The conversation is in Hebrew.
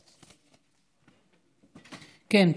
כן.